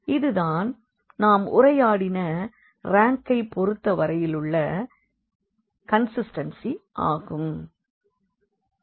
இதுதான் நாம் உரையாடின ரேங்க்கை பொறுத்த வரையுள்ள கண்சிஸ்டன்சி ஆகும்